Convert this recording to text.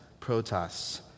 protas